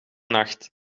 nacht